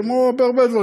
כמו בהרבה דברים,